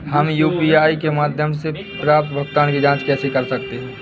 हम यू.पी.आई के माध्यम से प्राप्त भुगतान की जॉंच कैसे कर सकते हैं?